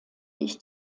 ich